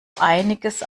einiges